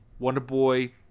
Wonderboy